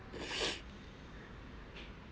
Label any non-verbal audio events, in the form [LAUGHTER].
[BREATH]